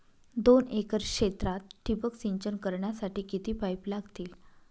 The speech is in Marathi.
दोन एकर क्षेत्रात ठिबक सिंचन करण्यासाठी किती पाईप लागतील?